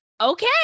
okay